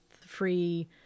free